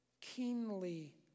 keenly